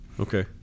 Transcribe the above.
okay